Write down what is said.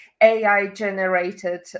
AI-generated